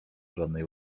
żadnej